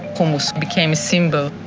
hummus became a symbol.